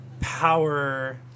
power